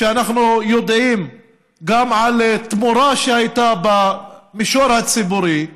שאנחנו יודעים גם על תמורה שהייתה במישור הציבורי,